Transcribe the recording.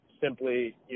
simply